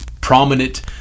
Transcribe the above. prominent